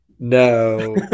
No